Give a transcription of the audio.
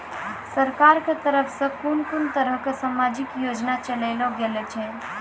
सरकारक तरफ सॅ कून कून तरहक समाजिक योजना चलेली गेलै ये?